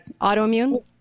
Autoimmune